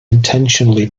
intentionally